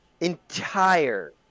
entire